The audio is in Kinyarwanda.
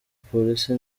polisi